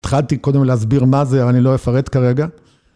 התחלתי קודם להסביר מה זה, אני לא אפרט כרגע